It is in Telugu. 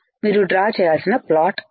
మీరు డ్రా చేయాల్సిన ప్లాట్ అది